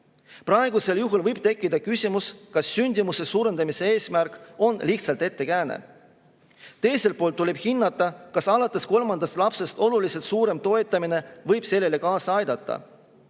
Praegusel juhul võib tekkida küsimus, kas sündimuse suurendamise eesmärk on lihtsalt ettekääne. Teiselt poolt tuleb hinnata, kas alates kolmandast lapsest oluliselt suurem toetamine võib sellele kaasa aidata.